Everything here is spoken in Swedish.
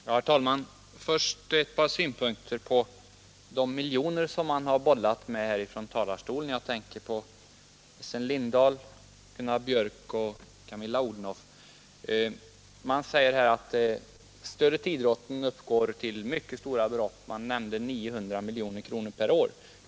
Herr talman! Först ett par synpunkter på de miljoner som man bollat med från talarstolen jag tänker på Essen Lindahl, Gunnar Björk och Camilla Odhnoff. Man säger att stödet till idrotten uppgår till mycket stora belopp. Man nämnde 900 miljoner kronor per år.